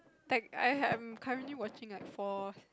tech~ I'm currently watching like four